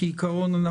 כעיקרון,